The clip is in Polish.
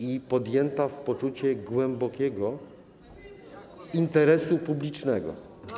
i podjętą w poczuciu głębokiego interesu publicznego.